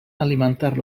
alimentar